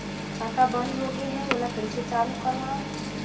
खाता बन्द होगे है ओला कइसे चालू करवाओ?